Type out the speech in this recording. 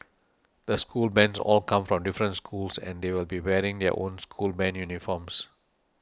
the school bands all come from different schools and they will be wearing their own school band uniforms